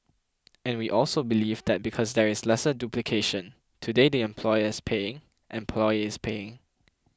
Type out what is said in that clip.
and we also believe that because there is lesser duplication today the employer is paying employee is paying